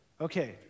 Okay